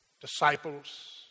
disciples